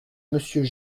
monsieur